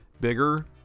Bigger